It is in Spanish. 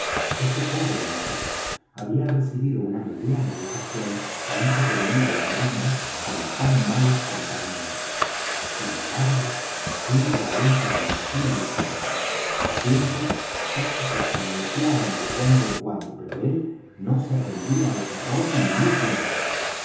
este pobre muchacho había recibido una mediana educación antes de venir á la marina con tan malas compañías sin embargo silver aún permanecía luchando sus dientes casi castañeteaban de cuando en cuando pero él no se rendía al terror ni mucho menos